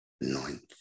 ninth